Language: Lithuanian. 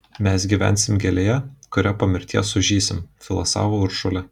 mes gyvensim gėlėje kuria po mirties sužysim filosofavo uršulė